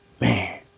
Man